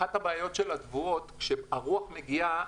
אחת הבעיות של התבואות היא שכשהרוח מגיעה